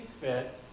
fit